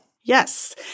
Yes